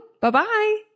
Bye-bye